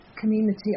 community